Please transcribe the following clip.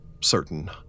certain